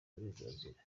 uburenganzira